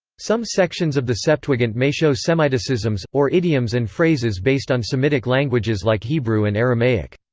some sections of the septuagint may show semiticisms, or idioms and phrases based on semitic languages like hebrew and aramaic.